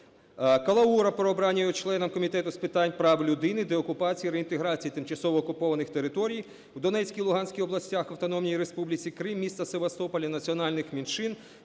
Калаури – про обрання його членом Комітету з питань прав людини, деокупації та реінтеграції тимчасово окупованих територій у Донецькій, Луганській областях та Автономної Республіки Крим, міста Севастополя, національних меншин